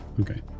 Okay